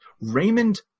Raymond